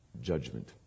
judgment